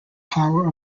power